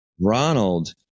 Ronald